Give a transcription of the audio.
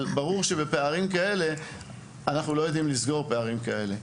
אבל זה ברור שאנחנו לא יודעים לסגור פערים כאלה.